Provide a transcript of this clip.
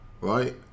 right